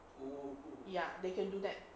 ya they can do that